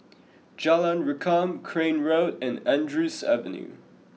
Jalan Rukam Crane Road and Andrews Avenue